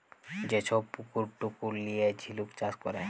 যে ছব পুকুর টুকুর লিঁয়ে ঝিলুক চাষ ক্যরে